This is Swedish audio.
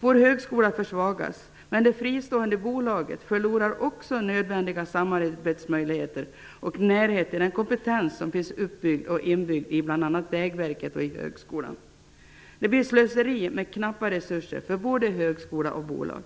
Vår högskola försvagas, men också det fristående bolaget förlorar nödvändiga samarbetsmöjligheter och närhet till den kompetens som finns uppbyggd och inbyggd i bl.a. Vägverket och i högskolan. Det skulle innebära slöseri med knappa resurser för både högskola och bolag.